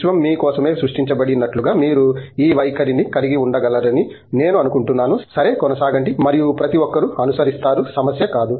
విశ్వం మీ కోసమే సృష్టించబడి నట్లుగా మీరు ఈ వైఖరిని కలిగి ఉండగలరని నేను అనుకుంటున్నాను సరే కొనసాగండి మరియు ప్రతి ఒక్కరూ అనుసరిస్తారు సమస్య కాదు